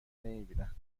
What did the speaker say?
نمیبینن